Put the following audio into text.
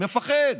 מפחד,